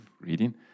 reading